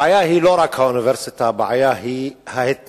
הבעיה היא לא רק האוניברסיטה, הבעיה היא ההתנחלות.